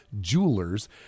Jewelers